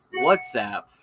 WhatsApp